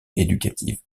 éducative